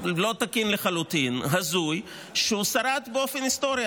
לא תקין לחלוטין, הזוי, ששרד באופן היסטורי.